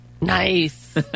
Nice